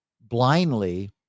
blindly